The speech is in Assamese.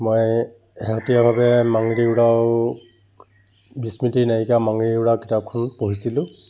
মই শেহতীয়াভাৱে মাংৰি উৰাও বিস্মৃতি নায়িকা মাংৰি উৰাও কিতাপখন পঢ়িছিলোঁ